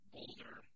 Boulder